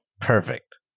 Perfect